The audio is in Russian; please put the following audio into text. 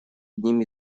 одним